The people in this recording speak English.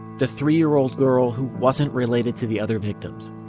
the three year old girl who wasn't related to the other victims.